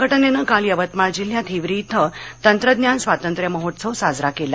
संघटनेनं काल यवतमाळ जिल्ह्यात हिवरी इथं तंत्रज्ञान स्वातंत्र्य महोत्सव साजरा केला